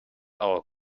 our